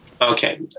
Okay